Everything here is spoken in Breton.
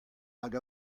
hag